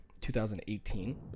2018